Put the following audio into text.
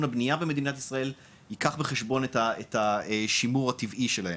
הבנייה במדינת ישראל ייקח בחשבון את השימור הטבעי שלהם.